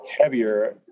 heavier